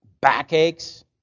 backaches